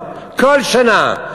כל שנה,